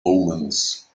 omens